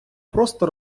просто